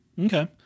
Okay